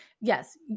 Yes